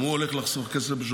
גם ערוץ הכנסת הולך לחסוך כסף,